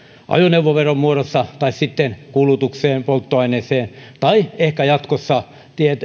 ajoneuvoveron muodossa tai sitten kulutukseen polttoaineeseen tai ehkä jatkossa